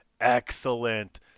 excellent